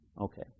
Okay